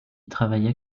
travaillait